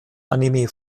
anime